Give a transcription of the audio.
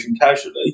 casually